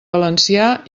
valencià